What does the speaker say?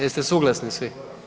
Jeste suglasni svi?